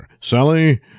Sally